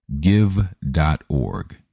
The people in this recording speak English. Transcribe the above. give.org